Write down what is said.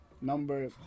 Number